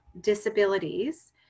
disabilities